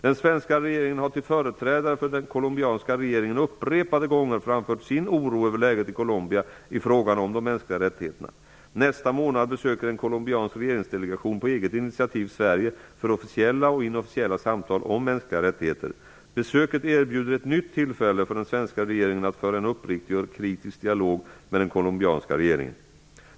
Den svenska regeringen har till företrädare för den colombianska regeringen upprepade gånger framfört sin oro över läget i Nästa månad besöker en colombiansk regeringsdelegation på eget initiativ Sverige för officiella och inofficiella samtal om mänskliga rättigheter. Besöket erbjuder ett nytt tillfälle för den svenska regeringen att föra en uppriktig och kritisk dialog med den colombianska regeringen.